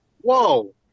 whoa